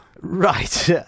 Right